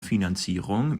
finanzierung